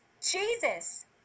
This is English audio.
Jesus